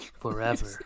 forever